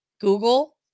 Google